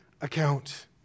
account